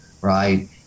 right